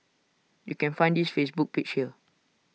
you can find his Facebook page here